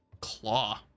claw